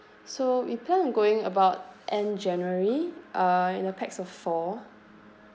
so we plan going about end january uh in the pax of four